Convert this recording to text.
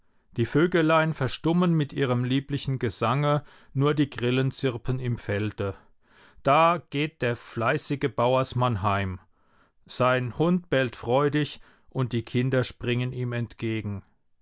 die vöglein verstummen mit ihrem lieblichen gesange nur die grillen zirpen im felde da geht der fleißige bauersmann heim sein hund bellt freudig und die kinder springen ihm entgegen